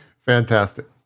Fantastic